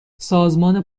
سازمان